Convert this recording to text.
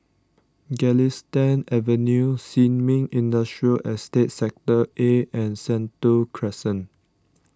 Galistan Avenue Sin Ming Industrial Estate Sector A and Sentul Crescent